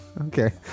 Okay